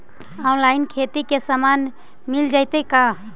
Online खेती के सामान मिल जैतै का?